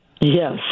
Yes